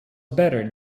better